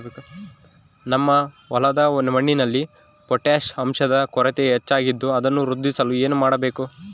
ನಮ್ಮ ಹೊಲದ ಮಣ್ಣಿನಲ್ಲಿ ಪೊಟ್ಯಾಷ್ ಅಂಶದ ಕೊರತೆ ಹೆಚ್ಚಾಗಿದ್ದು ಅದನ್ನು ವೃದ್ಧಿಸಲು ಏನು ಮಾಡಬೇಕು?